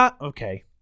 Okay